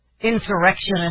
insurrectionist